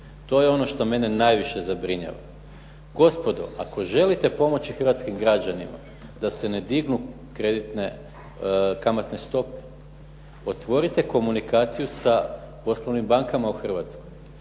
To je ono što mene najviše zabrinjava. Gospodo, ako želite pomoći hrvatskim građanima da se ne dignu kreditne kamatne stope otvorite komunikaciju sa poslovnim bankama u Hrvatskoj.